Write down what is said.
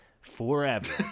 forever